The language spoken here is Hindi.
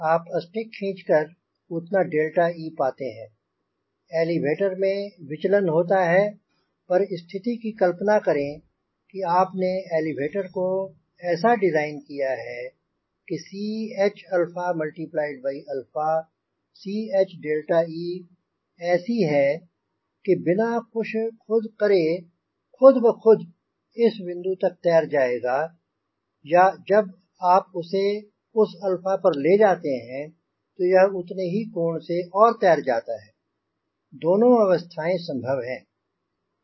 आप स्टिक खींचकर उतना eपाते हैं एलीवेटर में विचलन होता है पर स्थिति की कल्पना करें कि आपने एलीवेटर को ऐसा डिज़ाइन किया है कि Ch Che ऐसी है कि बिना कुछ करे खुद बखुद इस बिंदु तक तैर जाएगा या जब आप उसे उस अल्फा पर ले जाते हैं तो यह उतने ही कोण से और तैर जाता है दोनों अवस्थाएंँ संभव है